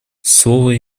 слово